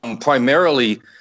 primarily